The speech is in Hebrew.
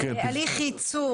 הליך ייצור.